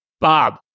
Bob